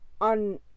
on